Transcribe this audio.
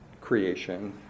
creation